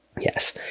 yes